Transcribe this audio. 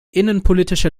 innenpolitische